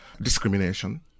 discrimination